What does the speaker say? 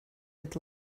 with